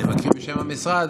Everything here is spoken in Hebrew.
אני מקריא בשם המשרד,